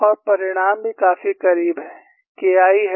और परिणाम भी काफी करीब है